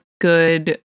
good